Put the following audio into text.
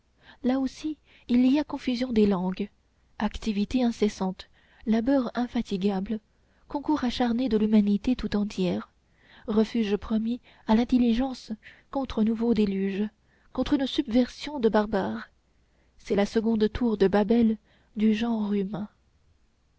là aussi il y a confusion des langues activité incessante labeur infatigable concours acharné de l'humanité tout entière refuge promis à l'intelligence contre un nouveau déluge contre une submersion de barbares c'est la seconde tour de babel du genre humain